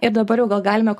ir dabar jau gal galime